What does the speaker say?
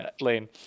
lane